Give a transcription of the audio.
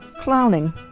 clowning